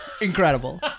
Incredible